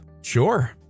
Sure